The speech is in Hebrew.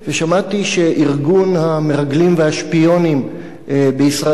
שמעתי שארגון המרגלים והשפיונים בישראל,